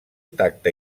tacte